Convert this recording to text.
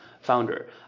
founder